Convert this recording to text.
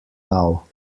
now